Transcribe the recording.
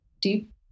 deep